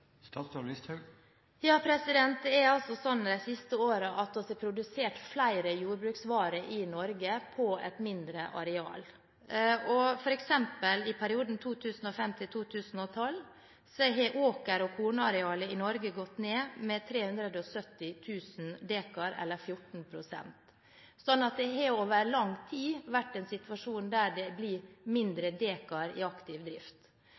er det slik at vi har produsert flere jordbruksvarer i Norge på et mindre areal. For eksempel i perioden 2005 til 2012 har åker- og kornarealet i Norge gått ned med 370 000 dekar – eller 14 pst. Slik har det over lang tid vært en situasjon der det blir færre dekar i aktiv drift.